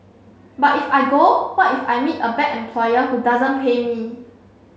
but if I go what if I meet a bad employer who doesn't pay me